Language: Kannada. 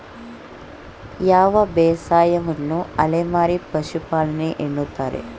ಯಾವ ಬೇಸಾಯವನ್ನು ಅಲೆಮಾರಿ ಪಶುಪಾಲನೆ ಎನ್ನುತ್ತಾರೆ?